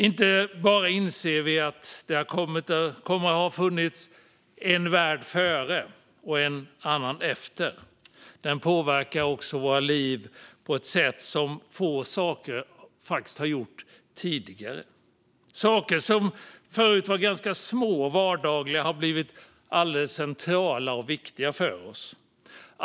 Inte bara inser vi att det kommer att ha funnits en värld före och en annan efter - pandemin påverkar också våra liv på ett sätt som få saker har gjort tidigare. Saker som förut var ganska små och vardagliga har blivit alldeles centrala och viktiga för oss.